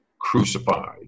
crucified